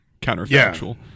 counterfactual